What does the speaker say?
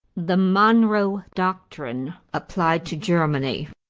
the monroe doctrine applied to germany.